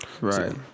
Right